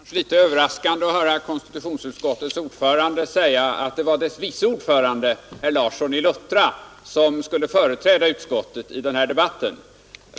Herr talman! Det var kanske litet överraskande att höra konstitutionsutskottets ordförande säga att utskottets vice ordförande herr Larsson i Luttra skulle företräda utskottet i den här debatten.